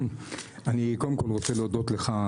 אני קודם כל רוצה להודות לך,